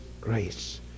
grace